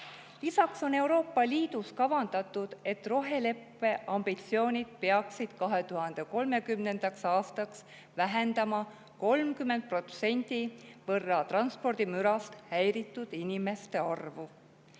Lisaks on Euroopa Liidus kavandatud, et roheleppe ambitsioonide kohaselt peaks 2030. aastaks vähendama 30% võrra transpordimürast häiritud inimeste arvu.